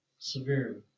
severely